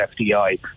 FDI